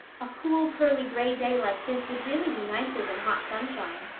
a cool, pearly gray day like this would really be nicer than hot sunshine.